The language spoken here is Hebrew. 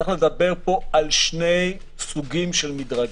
צריך לדבר פה על שני סוגים של מדרגיות.